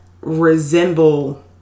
resemble